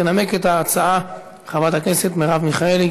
תנמק את ההצעה חברת הכנסת מרב מיכאלי.